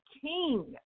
king